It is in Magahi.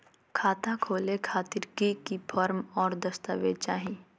खाता खोले खातिर की की फॉर्म और दस्तावेज चाही?